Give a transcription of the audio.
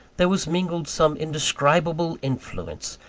there was mingled some indescribable influence,